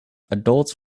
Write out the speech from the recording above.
adults